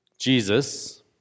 Jesus